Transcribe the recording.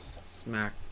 Smack